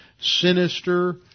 sinister